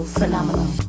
phenomenal